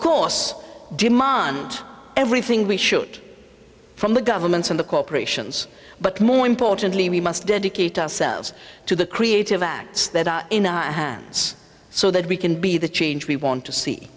course demand everything we shoot from the governments and the corporations but more importantly we must dedicate ourselves to the creative acts that are in our hands so that we can be the change we want to see